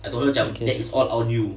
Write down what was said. okay